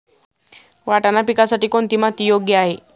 वाटाणा पिकासाठी कोणती माती योग्य आहे?